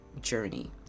journey